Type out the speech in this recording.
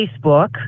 Facebook